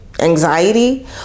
anxiety